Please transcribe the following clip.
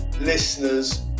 listeners